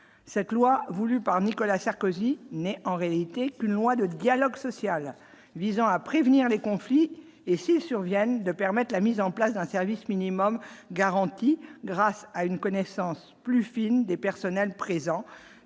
cette loi voulue par Nicolas Sarkozy n'est en réalité qu'une loi de dialogue social visant à prévenir les conflits et ils surviennent de permettent la mise en place d'un service minimum garanti grâce à une connaissance plus fine des personnels présents